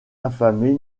affamés